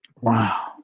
Wow